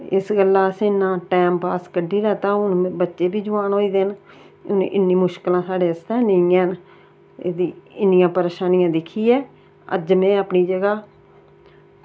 ते इस गल्ला असें इन्ना टैमपास कट्टी लैता हून बच्चे बी जोआन होई गेदे हून इन्नी मुश्कलातां साढ़े लेई नेईं हैन के इन्नियां परेशानियां दिक्खियै अज्ज में अपनी जगह